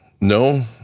No